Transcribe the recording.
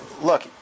look